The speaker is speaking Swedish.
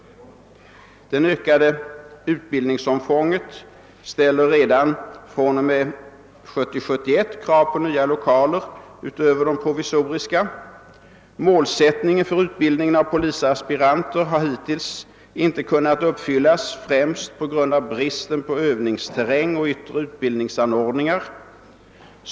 Det ökande utbildningsomfånget ställer redan fr.o.m. 1970/71 krav på nya lokaler utöver de provisoriska. Målsättningen för utbildningen av polisaspiranter har hittills inte kunnat upp fyllas, främst på grund av bristen på Övningsterräng och yttre utbildningsanordningar.